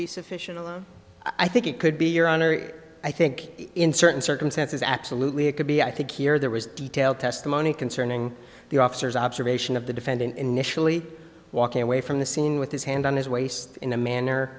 be sufficient i think it could be your honor i think in certain circumstances absolutely it could be i think here there was detailed testimony concerning the officer's observation of the defendant initially walking away from the scene with his hand on his waist in a manner